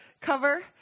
cover